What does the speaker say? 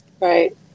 Right